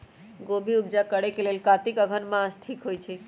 गोभि उपजा करेलेल कातिक अगहन मास ठीक होई छै